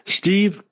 Steve